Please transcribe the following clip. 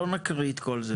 לא נקריא את כל זה.